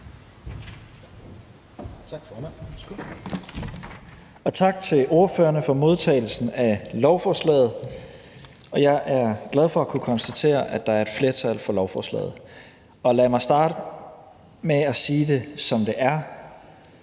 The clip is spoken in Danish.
Tak for det.